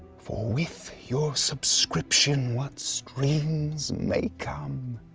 for, with your subscription, what screens may come.